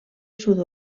sud